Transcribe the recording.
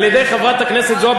על-ידי חברת הכנסת זועבי,